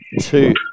two